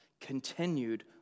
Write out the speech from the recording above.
continued